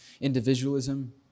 individualism